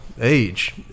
age